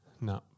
No